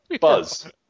Buzz